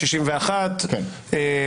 61. כן.